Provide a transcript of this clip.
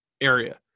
area